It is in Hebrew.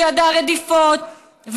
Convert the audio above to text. שידע רדיפות,